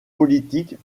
politiques